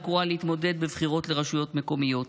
קרואה להתמודד בבחירות לרשויות מקומיות.